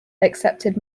accepted